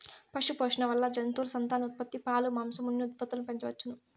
పశుపోషణ వల్ల జంతువుల సంతానోత్పత్తి, పాలు, మాంసం, ఉన్ని ఉత్పత్తులను పెంచవచ్చును